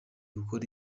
gukora